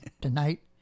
tonight